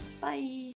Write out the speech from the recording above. Bye